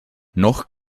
noch